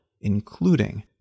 including